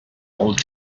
old